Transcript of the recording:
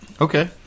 Okay